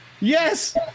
Yes